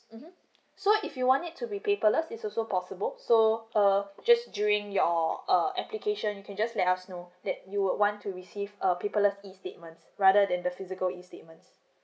mm hmm so if you want it to be paperless it's also possible so uh just during your err application you can just let us know that you would want to receive a paperless E statements rather than the physical E statements